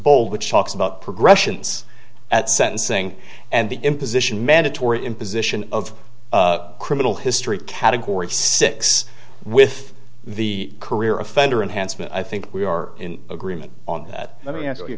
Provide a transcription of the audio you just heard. bold which talks about progressions at sentencing and the imposition mandatory imposition of criminal history category six with the career offender unhandsome and i think we are in agreement on that let me answer you